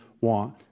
want